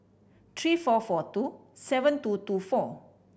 three four four two seven two two four